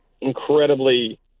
incredibly